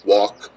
Walk